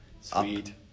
Sweet